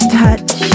touch